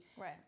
Right